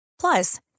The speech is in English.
Plus